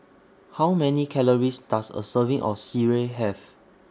How Many Calories Does A Serving of Sireh Have